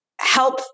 help